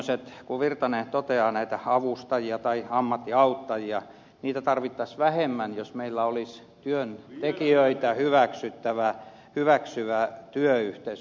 pertti virtanen toteaa näistä avustajista tai ammattiauttajista tarvittaisiin vähemmän jos meillä olisi työntekijöitä hyväksyvä työyhteisö